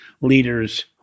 leaders